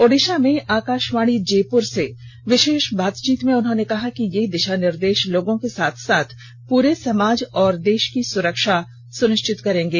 ओडिशा में आकाशवाणी जेपुर से विशेष बातचीत में उन्होंने कहा कि ये दिशानिर्देश लोगों के साथ साथ पूरे समाज और देश की सुरक्षा सुनिश्चित करेंगे